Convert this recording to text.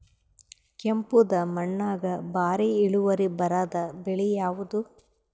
ಕೆಂಪುದ ಮಣ್ಣಾಗ ಭಾರಿ ಇಳುವರಿ ಬರಾದ ಬೆಳಿ ಯಾವುದು?